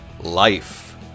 Life